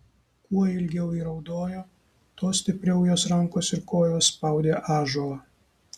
kuo ilgiau ji raudojo tuo stipriau jos rankos ir kojos spaudė ąžuolą